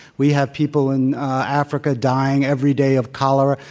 we have people in africa dying every day of cholera.